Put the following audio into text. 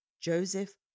Joseph